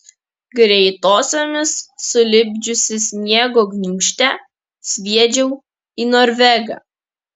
greitosiomis sulipdžiusi sniego gniūžtę sviedžiau į norvegą